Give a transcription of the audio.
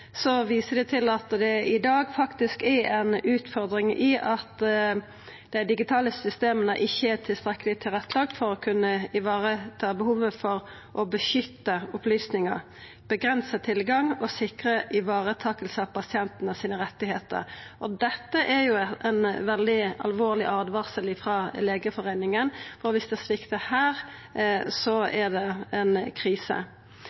Så viser dei til at det i dag faktisk er ei utfordring at dei digitale systema ikkje er tilstrekkeleg tilrettelagde for å kunna vareta behovet for å beskytta opplysningar, avgrensa tilgang og sikra varetaking av pasientane sine rettar. Dette er jo ei veldig alvorleg åtvaring frå Legeforeningen. Viss det sviktar her, er det krise.